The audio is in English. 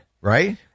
right